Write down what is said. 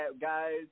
guys